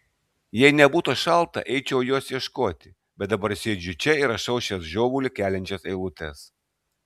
jei nebūtų šalta eičiau jos ieškoti bet dabar sėdžiu čia ir rašau šias žiovulį keliančias eilutes